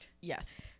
Yes